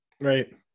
right